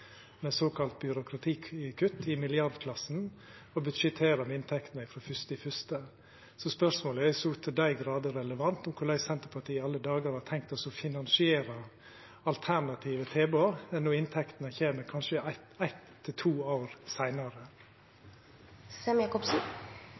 med såkalla byråkratikutt i milliardklassen, og budsjetterer med inntektene frå 1. januar. Så spørsmålet er så til dei grader relevant: Korleis i alle dagar har Senterpartiet tenkt å finansiera alternative tilbod når inntektene kjem kanskje eitt–to år seinare?